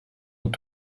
und